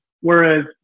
whereas